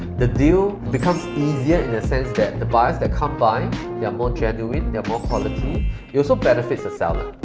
the deal becomes easier in the sense that the buyers that come by, they're more genuine, they're more quality, it also benefits the seller,